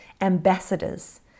ambassadors